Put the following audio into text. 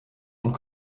und